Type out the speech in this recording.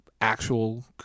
actual